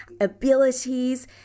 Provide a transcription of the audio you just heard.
abilities